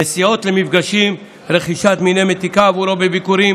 לנסיעות למפגשים, רכישת מיני מתיקה עבורו בביקורם